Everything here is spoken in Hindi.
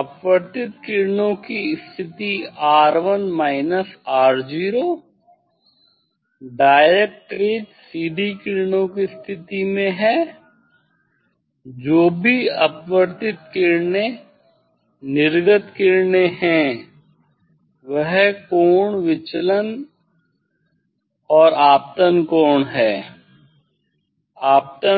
अपवर्तित किरणों की स्थिति R1 minus R0 direct rays सीधी किरणों की स्थिति है जो भी अपवर्तित किरणें निर्गत किरणें हैं वह कोण विचलन और आपतन कोण है